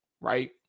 right